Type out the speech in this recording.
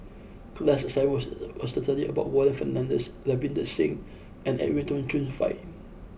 class assignment was was to study about Warren Fernandez Ravinder Singh and Edwin Tong Chun Fai